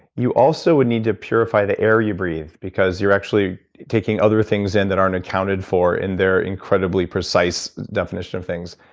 you also would need to purify the air you breathe, because you're actually taking other things in that aren't accounted for in their incredibly precise definition of things.